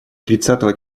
тридцатого